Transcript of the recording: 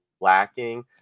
lacking